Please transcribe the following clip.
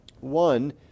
One